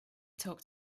talk